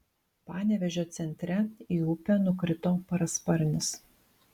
panevėžio centre į upę nukrito parasparnis